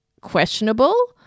questionable